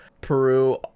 Peru